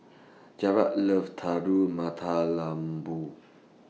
Jaret loves Telur Mata Lembu